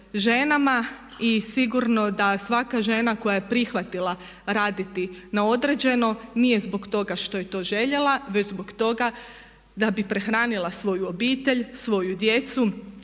ženama. I sigurno da svaka žena koja je prihvatila raditi na određeno nije zbog toga što je to željela već zbog toga da bi prehranila svoju obitelj, svoju djecu